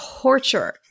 Torture